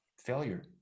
failure